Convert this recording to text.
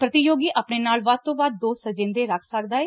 ਪ੍ਰਤੀਯੋਗੀ ਆਪਣੇ ਨਾਲ ਵੱਧ ਤੋ ਵੱਧ ਦੋ ਸਜਿੰਦੇ ਰੱਖ ਸਕਦਾ ਏ